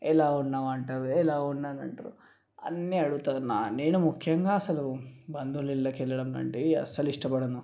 ఎలా ఉన్నావు అంటారు ఎలా ఉన్నానంటరు అన్నీ అడుగుతారు నా నేను ముఖ్యంగా అసలు బంధువుల ఇళ్ళకెళ్ళడం వంటివి అస్సలిష్టపడను